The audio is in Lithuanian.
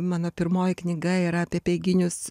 mano pirmoji knyga yra apie apeiginius